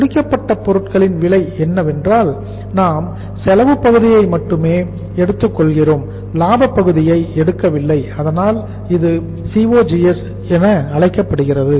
முடிக்கப்பட்ட பொருட்களின் விலை என்னவென்றால் நாம் செலவு பகுதியை மட்டுமே எடுத்துக் கொள்கிறோம் லாப பகுதியை எடுக்கவில்லை அதனால்தான் இது COGS என அழைக்கப்படுகிறது